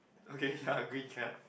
okay ya green cap